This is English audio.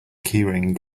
keyring